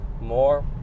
more